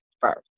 first